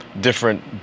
different